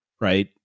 right